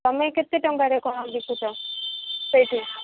ତୁମେ କେତେ ଟଙ୍କାରେ କ'ଣ ବିକୁଛ ସେଇଠି